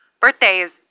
Birthdays